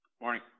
Morning